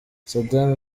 sadam